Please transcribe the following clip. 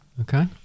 Okay